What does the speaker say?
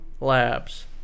labs